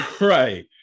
Right